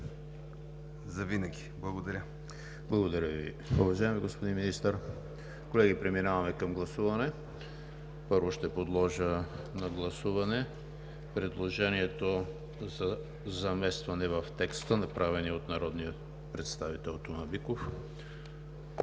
ЕМИЛ ХРИСТОВ: Благодаря Ви, уважаеми господин Министър. Колеги, преминаваме към гласуване. Първо, ще подложа на гласуване предложението за заместване в текста, направено от народния представител Тома Биков.